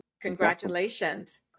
congratulations